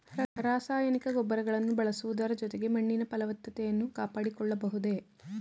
ರಾಸಾಯನಿಕ ಗೊಬ್ಬರಗಳನ್ನು ಬಳಸುವುದರ ಜೊತೆಗೆ ಮಣ್ಣಿನ ಫಲವತ್ತತೆಯನ್ನು ಕಾಪಾಡಿಕೊಳ್ಳಬಹುದೇ?